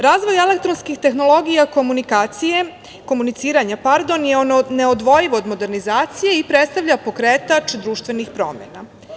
Razvoj elektronskih tehnologija komuniciranja je neodvojiv od modernizacije i predstavlja pokretač društvenih promena.